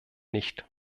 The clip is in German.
nicht